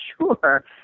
sure